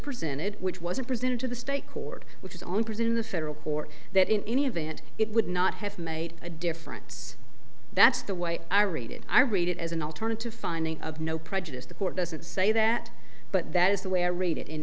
presented which wasn't presented to the state court which is on present in the federal court that in any event it would not have made a difference that's the way i read it i read it as an alternative finding of no prejudice the court doesn't say that but that is the way i read it in